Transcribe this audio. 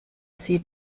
sie